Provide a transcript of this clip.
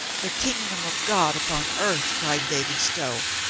the kingdom of god upon earth! cried david stow.